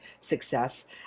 success